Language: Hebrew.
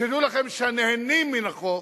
דעו לכם שהנהנים מן החוק